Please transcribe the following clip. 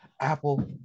Apple